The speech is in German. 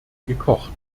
gekocht